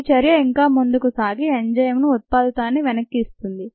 ఈ చర్య ఇంకా ముందుకు సాగి ఎంజైమ్ను ఉత్పాదితాన్ని వెనక్కి ఇస్తుంది